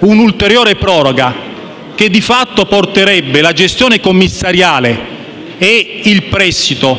un'ulteriore proroga che, di fatto, porterebbe la gestione commissariale e il prestito